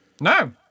No